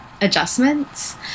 adjustments